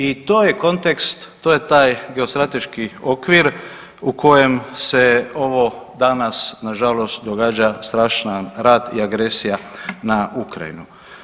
I to je kontekst, to je taj geostrateški okvir u kojem se ovo danas nažalost događa strašan rat i agresija na Ukrajinu.